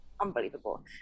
unbelievable